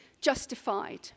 justified